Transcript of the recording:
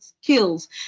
skills